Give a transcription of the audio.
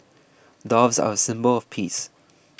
doves are a symbol of peace